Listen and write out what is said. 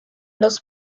los